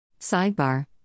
Sidebar